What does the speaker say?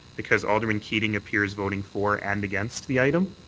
because alderman keating appears voting for and against the item.